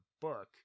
book